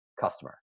customer